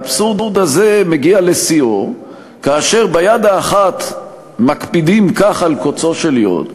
האבסורד הזה מגיע לשיאו כאשר ביד האחת מקפידים כך על קוצו של יו"ד,